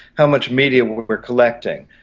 how much media we're collecting,